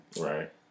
Right